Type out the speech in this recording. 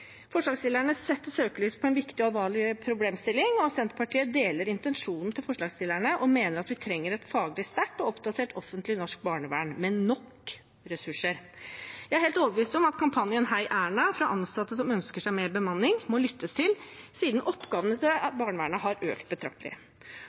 Forslagsstillerne setter søkelys på en viktig og alvorlig problemstilling. Senterpartiet deler intensjonen til forslagsstillerne og mener at vi trenger et faglig sterkt og oppdatert offentlig norsk barnevern med nok ressurser. Jeg er helt overbevist om at kampanjen #heierna fra ansatte som ønsker seg mer bemanning, må lyttes til, siden oppgavene til